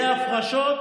יהיו הפרשות,